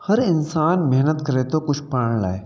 हर इंसान महिनत करे थो कुझु पाइण लाइ